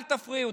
אל תפריעו.